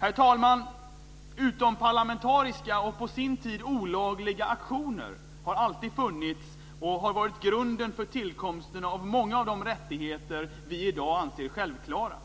Herr talman! Utomparlamentariska och på sin tid olagliga aktioner har alltid funnits och har varit grunden för tillkomsten av många av de rättigheter som vi i dag anser självklara.